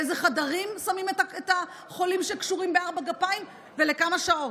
באיזה חדרים שמים את החולים שקשורים בארבע גפיים ולכמה שעות.